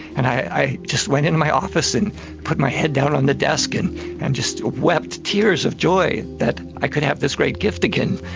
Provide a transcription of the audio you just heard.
and i just went into my office and put my head down on the desk and i and just wept tears of joy that i could have this great gift again.